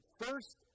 First